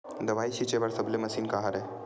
दवाई छिंचे बर सबले मशीन का हरे?